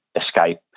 escape